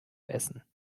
essen